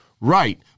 Right